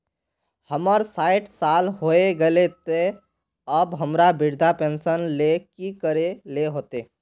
हमर सायट साल होय गले ते अब हमरा वृद्धा पेंशन ले की करे ले होते?